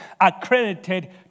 accredited